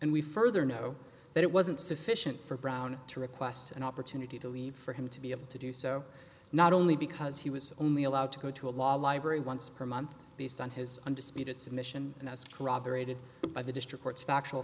and we further know that it wasn't sufficient for brown to request an opportunity to leave for him to be able to do so not only because he was only allowed to go to a law library once per month based on his undisputed submission and as corroborated by the district court's factual